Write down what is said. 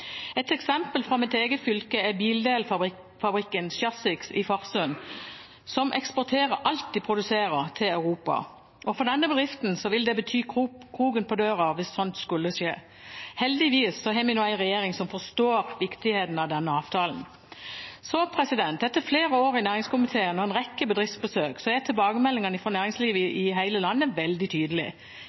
Et eksempel fra mitt eget fylke er bildelfabrikken Chassix i Farsund, som eksporterer alt de produserer, til Europa. For denne bedriften ville det bety kroken på døra hvis noe slikt skulle skje. Heldigvis har vi nå en regjering som forstår viktigheten av denne avtalen. Gjennom flere år i næringskomiteen – og en rekke bedriftsbesøk – er tilbakemeldingene fra næringslivet i hele landet veldig